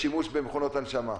בשימוש במכונות הנשמה.